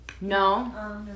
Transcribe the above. No